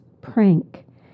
prank